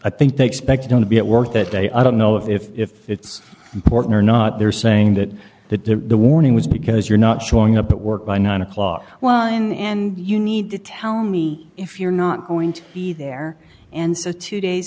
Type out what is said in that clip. i think they expected him to be at work that day i don't know if if it's important or not they're saying that the warning was because you're not showing up at work by nine o'clock well and you need to tell me if you're not going to be there and so two days